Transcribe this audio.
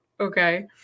Okay